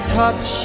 touch